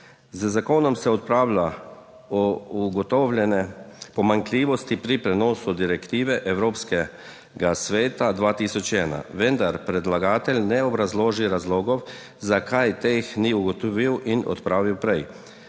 Z zakonom se odpravlja ugotovljene pomanjkljivosti pri prenosu direktive Evropskega sveta 2001, vendar predlagatelj ne obrazloži razlogov, zakaj teh ni ugotovil in odpravil prej.